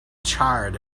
charred